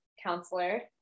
counselor